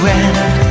end